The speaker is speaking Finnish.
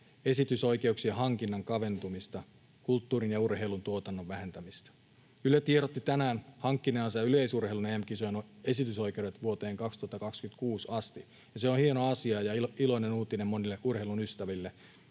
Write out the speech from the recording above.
esitysoikeuksien hankinnan kaventumista, kulttuurin ja urheilun tuotannon vähentämistä. Yle tiedotti tänään hankkineensa yleisurheilun EM-kisojen esitysoikeudet vuoteen 2026 asti. Se on hieno asia ja iloinen uutinen monille urheilun ystäville.